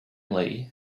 lee